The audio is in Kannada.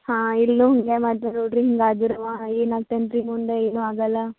ಹಾಂ ಇಲ್ಲು ಹಾಗೆ ಮಾಡ್ತಾನೆ ನೋಡಿರಿ ಹಿಂಗೆ ಆಗಿರೆ ಅವಾ ಏನು ಆಗ್ತಾನ ರೀ ಮುಂದೆ ಏನು ಆಗಲ್ಲ